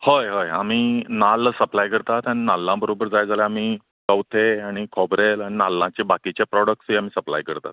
हय हय आमी नाल्ल सप्लाय करतात आनी नाल्लां बरोबर जाय जाल्यार आमी कवथे आनी खोबरेल आनी नाल्लांचे बाकीचे प्रॉडक्ट्सूय आमी सप्लाय करतात